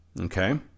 Okay